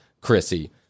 Chrissy